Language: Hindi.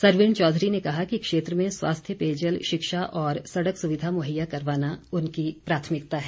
सरवीण चौधरी ने कहा कि क्षेत्र में स्वास्थ्य पेयजल शिक्षा और सड़क सुविधा मुहैया करवाना उनकी प्राथमिकता है